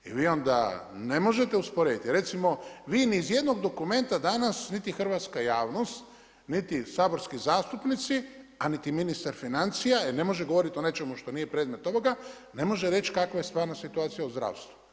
I vi onda ne možete usporediti, recimo vi ni iz jednog dokumenta danas niti hrvatska javnost, niti saborski zastupnici a niti ministar financija ne može govoriti ne može govorit o nečemu što nije predmet ovoga, ne može reći kakva je stvarna situacija u zdravstvu.